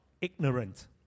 ignorant